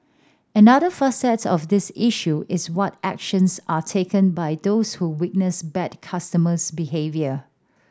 another facet of this issue is what actions are taken by those who witness bad customers behaviour